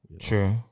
true